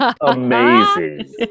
Amazing